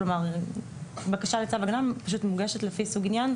כלומר בקשה לצו הגנה פשוט מוגשת לפי סוג עניין,